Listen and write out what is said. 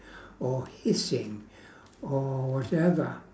or hissing or whatever